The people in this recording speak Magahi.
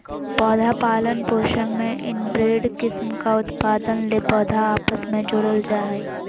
पौधा पालन पोषण में इनब्रेड किस्म का उत्पादन ले पौधा आपस मे जोड़ल जा हइ